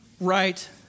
right